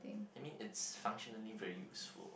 I mean it's functionally very useful